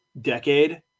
decade